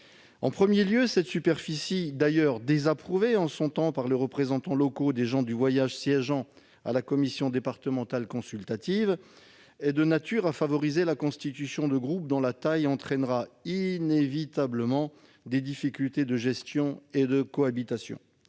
qui est le mien. Cette superficie, d'ailleurs désapprouvée en son temps par les représentants locaux des gens du voyage siégeant à la commission départementale consultative, est de nature à favoriser la constitution de groupes dont la taille entraînera inévitablement des difficultés de gestion et de cohabitation.